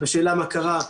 בשאלה מה קרה.